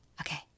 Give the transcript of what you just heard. Okay